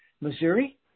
Missouri